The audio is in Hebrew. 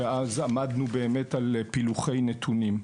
אז עמדנו על פילוחי נתונים.